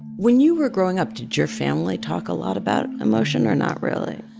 when you were growing up, did your family talk a lot about emotion or not really?